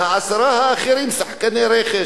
והעשרה האחרים שחקני רכש.